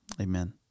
Amen